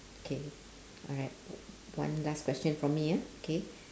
K alright one last question from me ah K